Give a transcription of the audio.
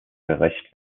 gerecht